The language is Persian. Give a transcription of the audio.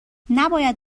نباید